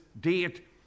date